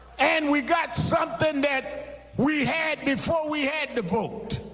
and we got something that we had before we had the vote.